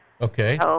Okay